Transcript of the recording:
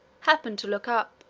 happened to look up,